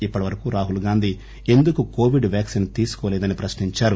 ఇప్పటివరకు రాహుల్ గాంధీ ఎందుకు covid vaccine తీసుకోలేదని ప్రశ్నించారు